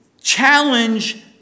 challenge